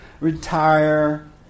retire